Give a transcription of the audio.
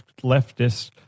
leftist